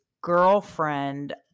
girlfriend